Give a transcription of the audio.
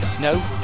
No